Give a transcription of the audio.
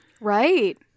Right